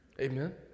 Amen